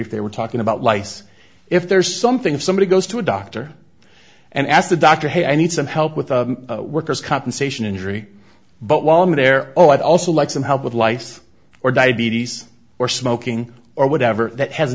brief they were talking about lice if there's something if somebody goes to a doctor and ask the doctor hey i need some help with the workers compensation injury but while i'm there oh i'd also like some help with lice or diabetes or smoking or whatever that has